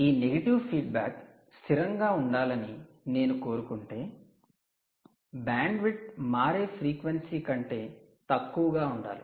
ఈ negative feedback స్థిరంగా ఉండాలని నేను కోరుకుంటే బ్యాండ్విడ్త్ మారే ఫ్రీక్వెన్సీ కంటే తక్కువగా ఉండాలి